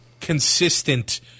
consistent